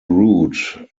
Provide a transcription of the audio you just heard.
route